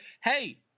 hey